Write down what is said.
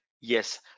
yes